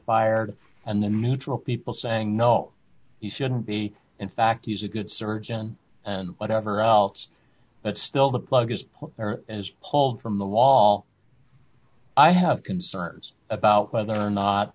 fired and then neutral people saying no he shouldn't be in fact he's a good surgeon and whatever else but still the plug is pulled as pulled from the wall i have concerns about whether or not